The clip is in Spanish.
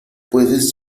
puedes